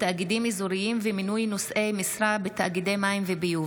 (תאגידים אזוריים ומינוי נושאי משרה בתאגידי מים וביוב),